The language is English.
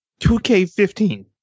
2K15